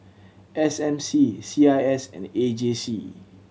S M C C I S and A J C